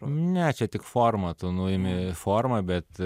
ne čia tik forma tu nuimi formą bet